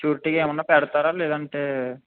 షూరిటీగా ఏమైనా పెడతారా లేదంటే